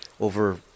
over